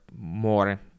more